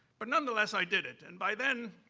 but nonetheless i did it, and by then,